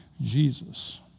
Jesus